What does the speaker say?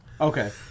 Okay